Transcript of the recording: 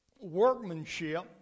workmanship